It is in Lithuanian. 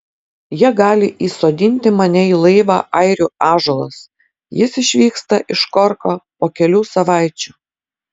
jie gali įsodinti mane į laivą airių ąžuolas jis išvyksta iš korko po kelių savaičių